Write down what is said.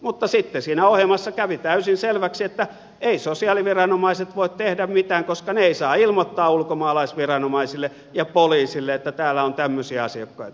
mutta sitten siinä ohjelmassa kävi täysin selväksi että eivät sosiaaliviranomaiset voi tehdä mitään koska he eivät saa ilmoittaa ulkomaalaisviranomaisille ja poliisille että täällä on tämmöisiä asiakkaita